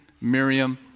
Miriam